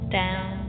down